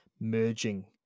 Merging